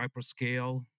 Hyperscale